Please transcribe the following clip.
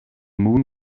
moon